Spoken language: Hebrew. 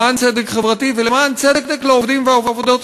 למען צדק חברתי ולמען צדק לעובדים ולעובדות